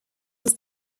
was